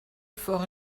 fort